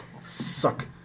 Suck